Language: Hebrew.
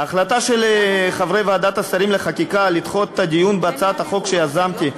ההחלטה של חברי ועדת השרים לחקיקה לדחות את הדיון בהצעת החוק שיזמתי,